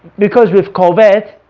because with covet